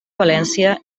valència